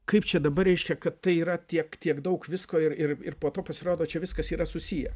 kaip čia dabar reiškia kad tai yra tiek tiek daug visko ir ir ir po to pasirodo čia viskas yra susiję